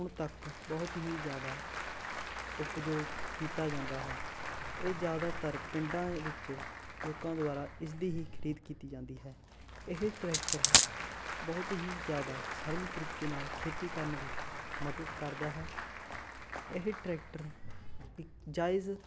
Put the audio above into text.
ਹੁਣ ਤੱਕ ਬਹੁਤ ਹੀ ਜ਼ਿਆਦਾ ਉਪਯੋਗ ਕੀਤਾ ਜਾਂਦਾ ਹੈ ਇਹ ਜ਼ਿਆਦਾਤਰ ਪਿੰਡਾਂ ਵਿੱਚ ਲੋਕਾਂ ਦੁਆਰਾ ਇਸਦੀ ਹੀ ਖਰੀਦ ਕੀਤੀ ਜਾਂਦੀ ਹੈ ਇਹ ਟਰੈਕਟਰ ਬਹੁਤ ਹੀ ਜ਼ਿਆਦਾ ਸਰਲ ਤਰੀਕੇ ਨਾਲ਼ ਖੇਤੀ ਕਰਨ ਵਿੱਚ ਮਦਦ ਕਰਦਾ ਹੈ ਇਹ ਟਰੈਕਟਰ ਇੱਕ ਜਾਇਜ਼